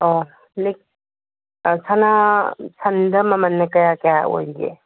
ꯑꯥ ꯂꯤꯛ ꯑꯥ ꯁꯅꯥ ꯁꯟꯗ ꯃꯃꯟꯅ ꯀꯌꯥ ꯀꯌꯥ ꯑꯣꯏꯔꯤꯒꯦ